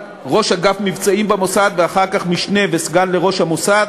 ראש אגף מבצעים במוסד ואחר כך משנה וסגן לראש המוסד.